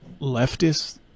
leftist